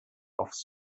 aufs